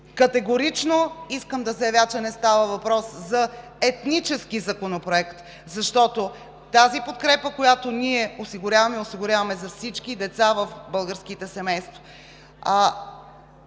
Категорично искам да заявя, че не става въпрос за етнически законопроект, защото подкрепата, която осигуряваме, я осигуряваме за всички деца в българските семейства.